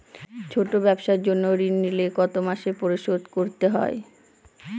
ছোট ব্যবসার জন্য ঋণ নিলে কত মাসে পরিশোধ করতে হয়?